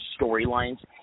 storylines